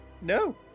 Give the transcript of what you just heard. No